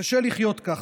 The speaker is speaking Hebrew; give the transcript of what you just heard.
קשה לחיות כך.